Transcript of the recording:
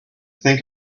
think